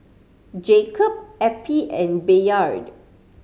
Jacob Eppie and Bayard